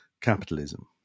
capitalism